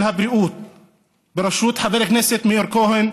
ועדת הבריאות בראשות חבר הכנסת מאיר כהן,